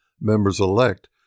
members-elect